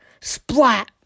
Splat